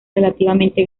relativamente